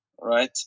right